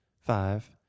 five